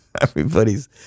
everybody's